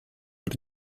pro